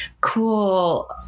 cool